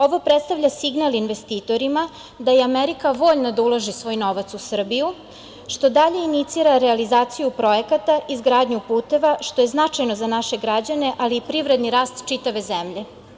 Ovo predstavlja signal investitorima da je Amerika voljna da ulaže svoj novac u Srbiju, što dalje inicira realizaciju projekata i izgradnju puteva, što je značajno za naše građane, ali i privredni rast čitave zemlje.